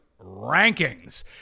rankings